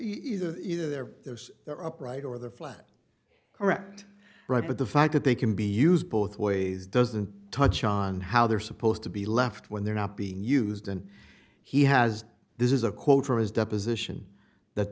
sorry either either there's there upright or there flat correct right but the fact that they can be used both ways doesn't touch on how they're supposed to be left when they're not being used and he has this is a quote from his deposition that